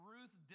Ruth